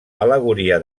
al·legoria